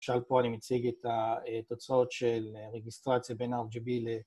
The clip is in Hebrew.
למשל פה אני מציג את התוצאות של רגיסטרציה בין-RGB ל...